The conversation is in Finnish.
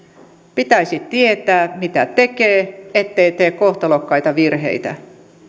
pitäisi tietää mitä tekee ettei tee kohtalokkaita virheitä